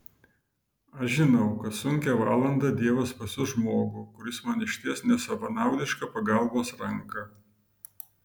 aš žinau kad sunkią valandą dievas pasiųs žmogų kuris man išties nesavanaudišką pagalbos ranką